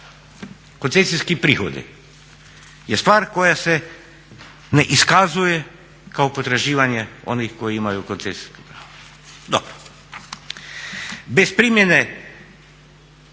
Koncesijski prihodi je stvar koja se ne iskazuje kao potraživanje onih koji imaju koncesijska prava. Dobro. Bez primjene